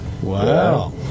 Wow